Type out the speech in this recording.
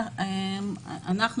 אנחנו,